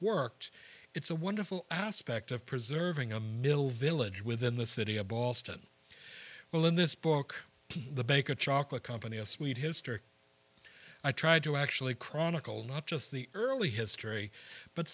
worked it's a wonderful aspect of preserving a mill village within the city of boston well in this book the baker chocolate company of sweet history i tried to actually chronicle not just the early history but